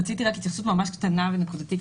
רציתי התייחסות ממש קטנה ונקודתית,